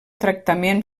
tractament